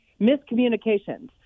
miscommunications